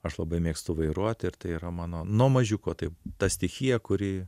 aš labai mėgstu vairuot ir tai yra mano nuo mažiuko tai ta stichija kuri